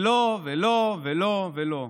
לא ולא ולא ולא.